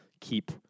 keep